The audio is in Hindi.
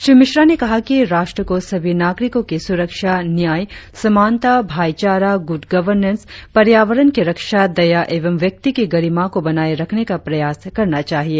श्री मिश्रा ने कहा कि राष्ट्र को सभी नागरिकों की सुरक्षा न्यायसमानता भाईचारा गूड गवर्नेंस पर्यावरण की रक्षा दया एवं व्यक्ति की गरिमा को बनाए रखने का प्रयास करना चाहिए